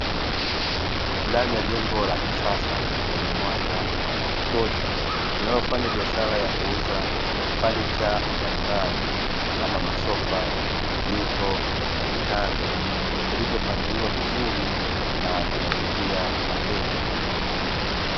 Ndani ya jengo la kisasa lenye mwanga wa kutosha, linaofanya biashara ya kuuza fanicha mbalimbali kama masofa, mito na vitanda. Vilivopangiliwa vizuri na vinavutia wateja.